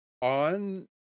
on